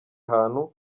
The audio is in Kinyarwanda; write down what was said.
hantu